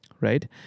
right